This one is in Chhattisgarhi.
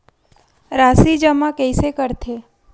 राशि जमा कइसे करथे?